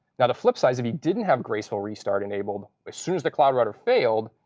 the the flip side is if you didn't have graceful restart enabled, as soon as the cloud router failed,